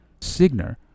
Signer